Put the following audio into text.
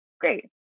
great